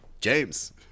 James